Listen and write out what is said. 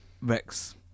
Rex